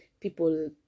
people